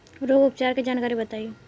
रोग उपचार के जानकारी बताई?